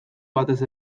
batez